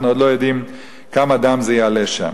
עוד לא יודעים בכמה דם זה יעלה שם.